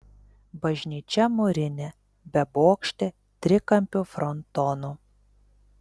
bažnyčia mūrinė bebokštė trikampiu frontonu